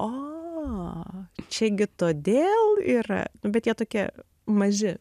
o čia gi todėl yra nu bet jie tokie maži